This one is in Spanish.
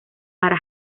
para